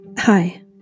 Hi